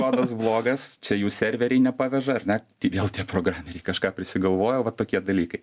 kodas blogas čia jų serveriai nepaveža ar ne tai vėl tie programeriai kažką prisigalvojo va tokie dalykai